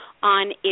on